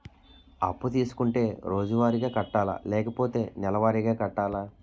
అప్పు తీసుకుంటే రోజువారిగా కట్టాలా? లేకపోతే నెలవారీగా కట్టాలా?